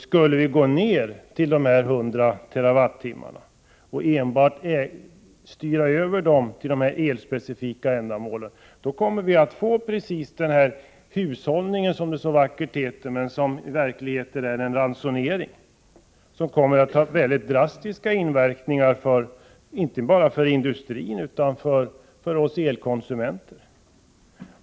Skulle vi gå ner till 100 TWh och styra över användningen till enbart de elspecifika ändamålen, kommer vi att få en hushållning — som det så vackert heter, men som i verkligheten är en ransonering — som kommer att ha en drastisk inverkan inte bara på industrin, utan också på oss elkonsumenter.